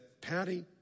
Patty